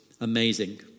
amazing